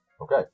Okay